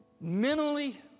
mentally